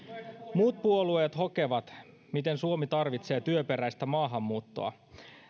muut puolueet hokevat miten suomi tarvitsee työperäistä maahanmuuttoa